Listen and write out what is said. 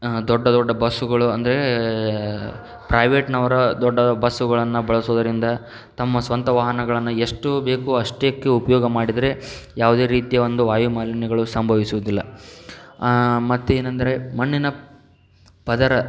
ದೊಡ್ಡ ದೊಡ್ಡ ಬಸ್ಸುಗಳು ಅಂದರೆ ಪ್ರೈವೇಟ್ನವರ ದೊಡ್ಡ ಬಸ್ಸುಗಳನ್ನು ಬಳಸೋದರಿಂದ ತಮ್ಮ ಸ್ವಂತ ವಾಹನಗಳನ್ನು ಎಷ್ಟು ಬೇಕೋ ಅಷ್ಟಕ್ಕೆ ಉಪಯೋಗ ಮಾಡಿದರೆ ಯಾವುದೇ ರೀತಿಯ ಒಂದು ವಾಯು ಮಾಲಿನ್ಯಗಳು ಸಂಭವಿಸುವುದಿಲ್ಲ ಮತ್ತೇನಂದರೆ ಮಣ್ಣಿನ ಪದರ